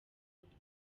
rupfu